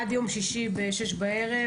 עד יום שישי בשש בערב,